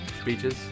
speeches